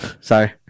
Sorry